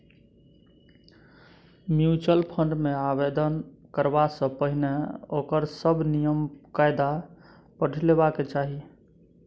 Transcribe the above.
mutual fund मे आवेदन करबा सँ पहिने ओकर सभ नियम कायदा पढ़ि लेबाक चाही